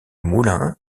moulins